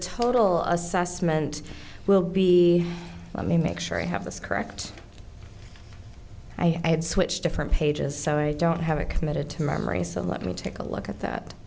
total assessment will be let me make sure i have this correct i had switched different pages so i don't have a committed to memory so let me take a look at that